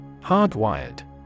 Hardwired